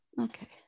Okay